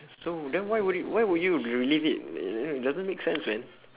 so then why would it why would you relieve it you know it doesn't make sense man